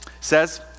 says